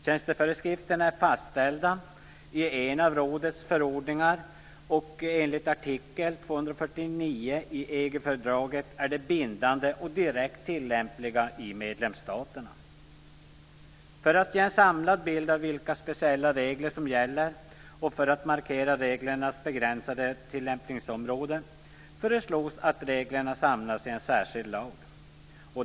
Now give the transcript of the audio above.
Tjänsteföreskrifterna är fastställda i en av rådets förordningar, och enligt artikel 249 i EG-fördraget är de bindande och direkt tillämpliga i medlemsstaterna. För att ge en samlad bild av vilka speciella regler som gäller och för att markera reglernas begränsade tillämpningsområden föreslås att reglerna samlas i en särskild lag.